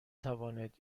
توانید